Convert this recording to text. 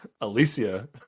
alicia